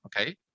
okay